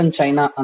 China